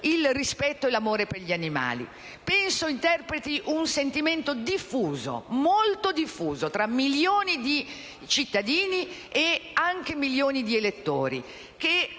il rispetto e l'amore per gli animali. Penso che ciò interpreti un sentimento diffuso, molto diffuso, tra milioni di cittadini e di elettori, che,